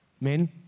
Men